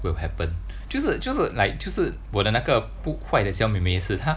will happen 就是就是 like 就是我的那个不坏的小妹妹是他